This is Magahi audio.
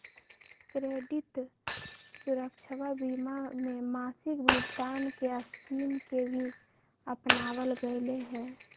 क्रेडित सुरक्षवा बीमा में मासिक भुगतान के स्कीम के भी अपनावल गैले है